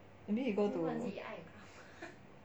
maybe he go to